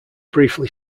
briefly